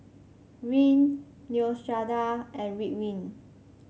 Rene Neostrata and Ridwind